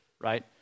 Right